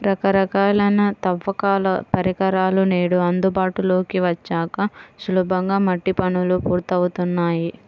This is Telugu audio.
రకరకాలైన తవ్వకాల పరికరాలు నేడు అందుబాటులోకి వచ్చాక సులభంగా మట్టి పనులు పూర్తవుతున్నాయి